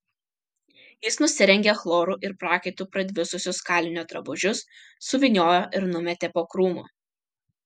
jis nusirengė chloru ir prakaitu pradvisusius kalinio drabužius suvyniojo ir numetė po krūmu